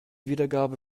wiedergabe